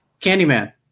Candyman